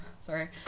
sorry